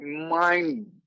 mind